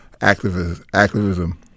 activism